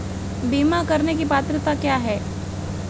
बीमा करने की पात्रता क्या है?